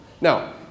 Now